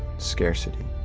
scarcity.